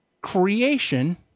creation